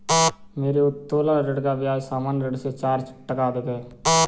मेरे उत्तोलन ऋण का ब्याज सामान्य ऋण से चार टका अधिक है